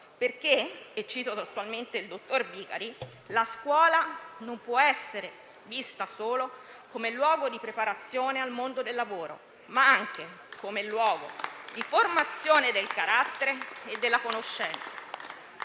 perché - come ha affermato il dottor Vicari - la scuola non può essere vista come luogo di preparazione al mondo del lavoro, ma come luogo di formazione del carattere e della conoscenza.